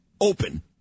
open